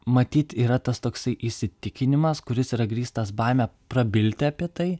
matyt yra tas toksai įsitikinimas kuris yra grįstas baime prabilti apie tai